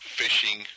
fishing